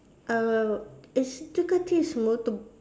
err it's Ducati is motor